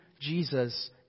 Jesus